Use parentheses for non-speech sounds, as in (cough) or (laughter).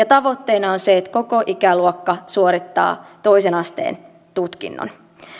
(unintelligible) tavoitteena se että koko ikäluokka suorittaa toisen asteen tutkinnon